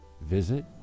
Visit